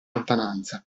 lontananza